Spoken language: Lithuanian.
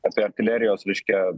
apie artilerijos reiškia